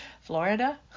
Florida